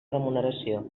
remuneració